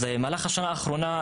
אז במהלך השנה האחרונה,